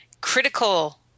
critical